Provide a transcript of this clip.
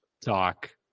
talk